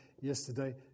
yesterday